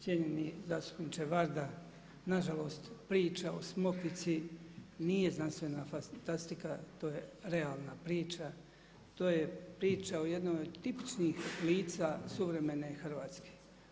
Cijenjeni zastupniče Varda, nažalost priče o Smokvici nije znanstvena fantastika, to je realna priča, to je priča o jednoj od tipičnih lica suvremene Hrvatske.